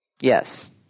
Yes